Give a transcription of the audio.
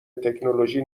تکنولوژی